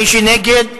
מי שנגד ההחלטה,